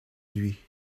lui